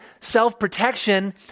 self-protection